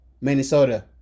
Minnesota